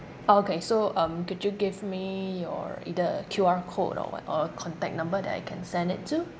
okay so um could you give me your either Q_R code or what or a contact number that I can send it to